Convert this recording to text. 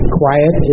quiet